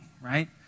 right